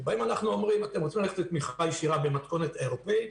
שבה אנחנו אומרים: אתם רוצים ללכת לתמיכה ישירה במתכונת אירופאית?